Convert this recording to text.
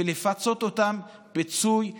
ולפצות אותם פיצוי ריאלי,